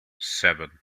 seven